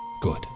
Good